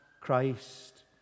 Christ